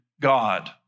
God